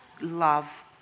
love